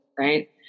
right